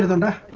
and